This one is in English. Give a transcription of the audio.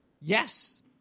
yes